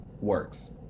works